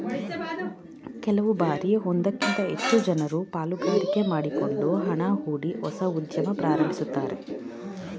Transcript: ಕೆಲವು ಬಾರಿ ಒಂದಕ್ಕಿಂತ ಹೆಚ್ಚು ಜನರು ಪಾಲುಗಾರಿಕೆ ಮಾಡಿಕೊಂಡು ಹಣ ಹೂಡಿ ಹೊಸ ಉದ್ಯಮ ಪ್ರಾರಂಭಿಸುತ್ತಾರೆ